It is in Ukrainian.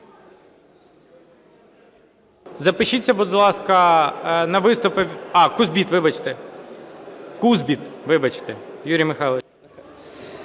Запишіться, будь ласка, на виступи. Кузбит Юрій Михайлович.